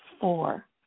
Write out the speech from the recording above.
four